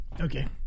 okay